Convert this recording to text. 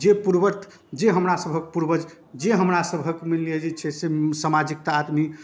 जे पूर्ववत जे हमरासबके पूर्वज जे हमरासबके मानि लिअऽ जे छै से सामाजिकता आदमी